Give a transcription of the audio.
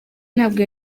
ntabwo